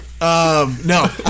No